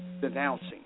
denouncing